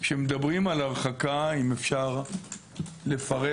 כשמדברים על הרחקה, אם אפשר לפרט,